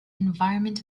environment